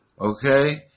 Okay